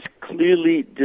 clearly